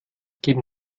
geben